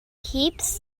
heaps